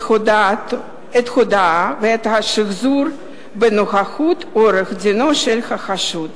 ההודאה ואת השחזור בנוכחות עורך-דינו של החשוד.